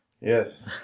Yes